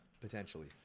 potentially